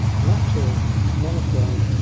natura l monochrome,